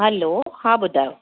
हलो हा ॿुधायो